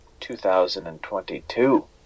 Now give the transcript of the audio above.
2022